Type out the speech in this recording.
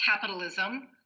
capitalism